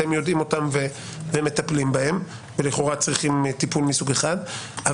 אתם יודעים אותם ומטפלים בהם ולכאורה צריכים טיפול מסוג אחד.